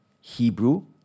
Hebrew